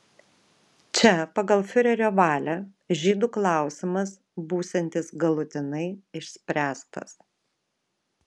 čia pagal fiurerio valią žydų klausimas būsiantis galutinai išspręstas